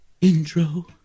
intro